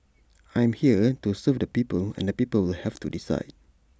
I'm here to serve the people and the people will have to decide